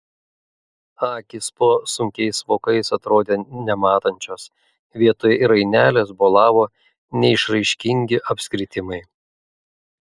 akys po sunkiais vokais atrodė nematančios vietoj rainelės bolavo neišraiškingi apskritimai